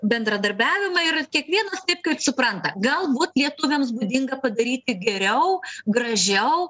bendradarbiavimą ir kiekvienas taip kaip supranta galbūt lietuviams būdinga padaryti geriau gražiau